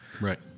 right